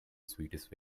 sweetest